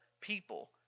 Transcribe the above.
people